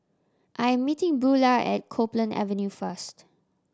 I am meeting Buelah at Copeland Avenue first